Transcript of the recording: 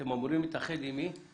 אתם אמורים להתאחד עם מי?